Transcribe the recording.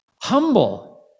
humble